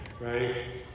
right